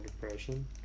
depression